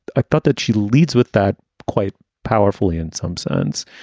i thought that she leads with that quite powerfully in some sense.